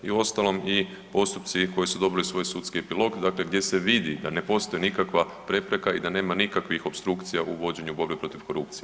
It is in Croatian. I uostalom i postupci koji su dobili svoj sudski epilog, dakle gdje se vidi da ne postoji nikakva prepreka i da nema nikakvih opstrukcija u vođenju borbe protiv korupcije.